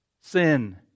sin